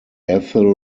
ethel